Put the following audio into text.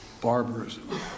barbarism